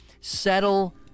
settle